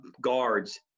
guards